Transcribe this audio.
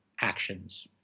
actions